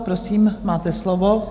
Prosím, máte slovo.